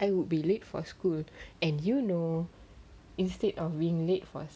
I would be late for school and you know instead of being late for